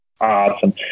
awesome